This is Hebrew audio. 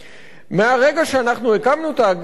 מהרגע שאנחנו הקמנו את התאגידים,